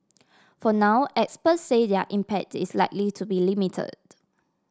for now experts say their impact is likely to be limited